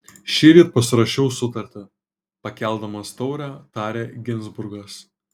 šįryt pasirašiau sutartį pakeldamas taurę tarė ginzburgas